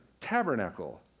tabernacle